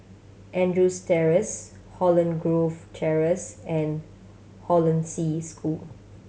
Andrews Terrace Holland Grove Terrace and Hollandse School